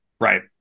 Right